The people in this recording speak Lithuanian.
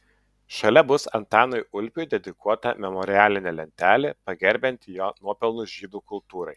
šalia bus antanui ulpiui dedikuota memorialinė lentelė pagerbianti jo nuopelnus žydų kultūrai